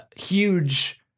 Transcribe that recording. huge